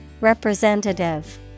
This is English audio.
Representative